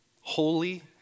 holy